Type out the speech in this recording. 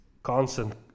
constant